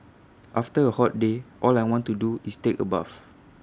after A hot day all I want to do is take A bath